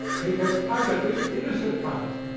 he is utterly innocent of it.